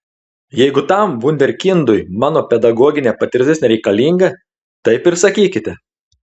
jeigu tam vunderkindui mano pedagoginė patirtis nereikalinga taip ir sakykite